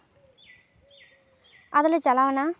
ᱟᱫᱚᱞᱮ ᱪᱟᱞᱟᱣ ᱮᱱᱟ